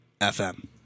FM